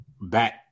Back